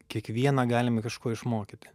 kiekvieną galime kažko išmokyti